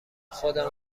خودمم